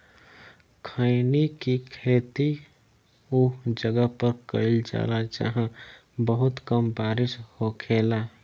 खईनी के खेती उ जगह पर कईल जाला जाहां बहुत कम बारिश होखेला